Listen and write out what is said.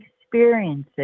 experiences